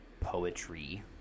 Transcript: poetry